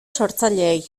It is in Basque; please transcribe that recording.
sortzaileei